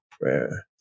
prayer